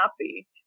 happy